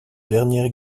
dernière